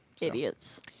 Idiots